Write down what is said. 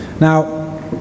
Now